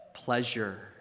Pleasure